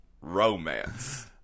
Romance